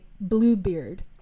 Bluebeard